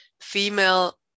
female